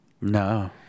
No